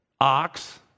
ox